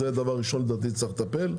זה הדבר הראשון לדעתי שצריך לטפל.